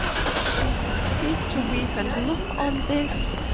but who can cease to weepe, and looke on this.